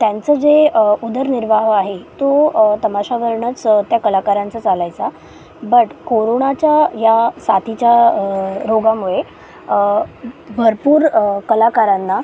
त्यांचं जे उदरनिर्वाह आहे तो तमाशावरनंच त्या कलाकारांचा चालायचा बट कोरोनाच्या या साथीच्या रोगामुळे भरपूर कलाकारांना